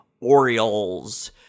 Orioles